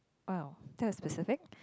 !wow! that was specific